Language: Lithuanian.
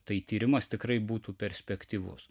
tai tyrimas tikrai būtų perspektyvus